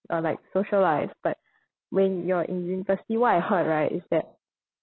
or like social life but when you're in university what I heard right is that